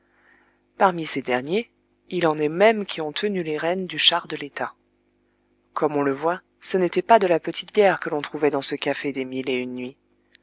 parmi ces derniers il en est même qui ont tenu les rênes du char de l'état comme on le voit ce n'était pas de la petite bière que l'on trouvait dans ce café des mille et une nuits